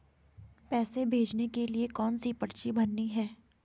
पैसे भेजने के लिए कौनसी पर्ची भरनी है?